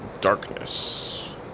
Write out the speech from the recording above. darkness